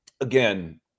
again